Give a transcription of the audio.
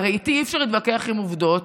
הרי איתי אי-אפשר להתווכח על עובדות,